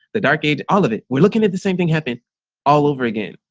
the dark age, all of it, we're looking at the same thing happened all over again.